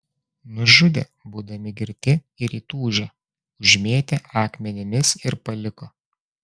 nužudė būdami girti ir įtūžę užmėtė akmenimis ir paliko